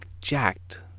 jacked